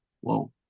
whoa